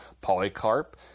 Polycarp